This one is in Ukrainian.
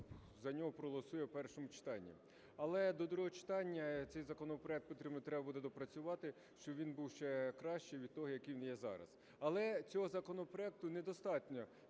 за нього проголосує у першому читанні. Але до другого читання цей законопроект треба буде доопрацювати, щоб він був ще кращим від того, який він є зараз. Але цього законопроекту недостатньо